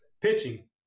pitching